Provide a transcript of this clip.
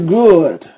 good